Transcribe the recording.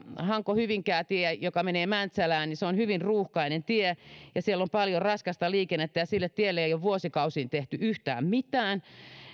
hanko hyvinkää tielle joka menee mäntsälään ja on hyvin ruuhkainen tie jolla on paljon raskasta liikennettä ei ole vuosikausiin tehty yhtään mitään